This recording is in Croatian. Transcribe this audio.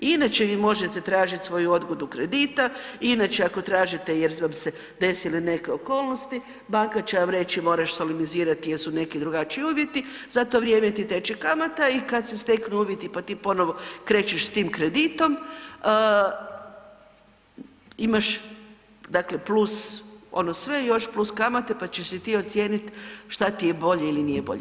I inače vi možete tražiti svoju odgodu kredita i inače ako tražite jer vam se desile neke okolnosti, banka će vam reći morate solemnizirati jer su neki drugačiji uvjeti, za to vrijeme ti teče kamata i kad se steknu uvjeti pa ti ponovo krećeš s tim kreditom imaš dakle plus ono sve i još plus kamate pa ćeš si ti ocijeniti šta ti je bolje ili nije bolje.